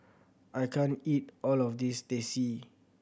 I can't eat all of this Teh C